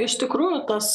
iš tikrųjų tas